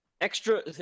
extra